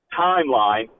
timeline